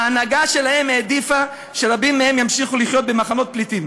ההנהגה שלהם העדיפה שרבים מהם ימשיכו לחיות במחנות פליטים.